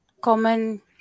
common